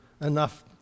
enough